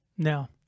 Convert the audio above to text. Now